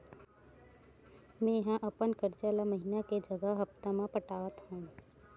मेंहा अपन कर्जा ला महीना के जगह हप्ता मा पटात हव